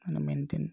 মানে মেইনটেইন